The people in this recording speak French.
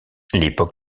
l’époque